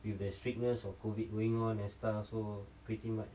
so